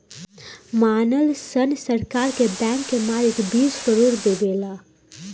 मानल सन सरकार के बैंक के मालिक बीस करोड़ देले बा